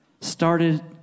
started